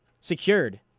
secured